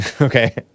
Okay